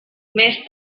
més